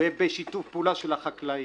ובשיתוף פעולה של החקלאים,